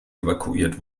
evakuiert